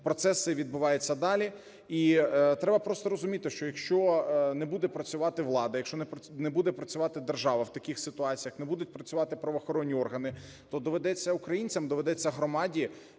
Процес цей відбувається далі. І треба просто розуміти, що, якщо не буде працювати влада, якщо не буде працювати держава в таких ситуаціях, не будуть працювати правоохоронні органи, то доведеться українцям, доведеться громаді